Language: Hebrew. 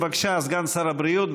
בבקשה, סגן שר הבריאות.